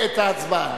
ההצבעה.